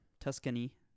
Tuscany